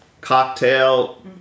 cocktail